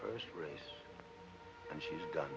first race and she's got